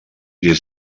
des